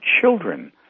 children